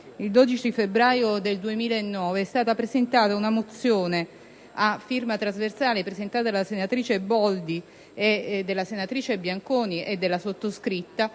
il 12 febbraio 2009, è stata presentata una mozione, a firma trasversale, dalla senatrice Boldi, dalla senatrice Bianconi e dalla sottoscritta,